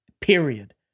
Period